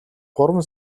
гурван